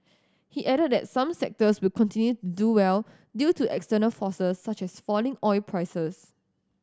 he added that some sectors will continue to do well due to external forces such as falling oil prices